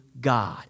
God